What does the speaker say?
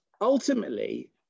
ultimately